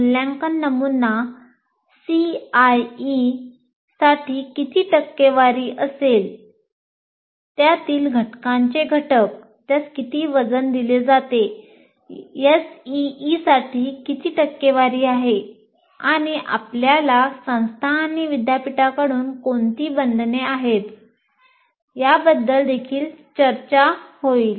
मूल्यांकन नमुना सीआयईसाठी किती टक्केवारी असेल त्यातील घटकांचे घटक त्यास किती वजन दिले जाते SEE साठी किती टक्केवारी आहे आणि आपल्याला संस्था किंवा विद्यापीठाकडून कोणती बंधने आहेत याबद्दल देखील चर्चा होईल